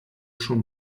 schon